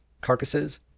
carcasses